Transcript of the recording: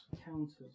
Counters